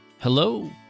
Hello